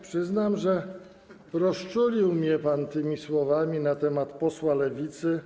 Przyznam, że rozczulił mnie pan tymi słowami na temat posła Lewicy.